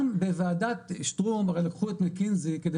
גם בוועדת שטרום הרי לקחו את מקנזי כדי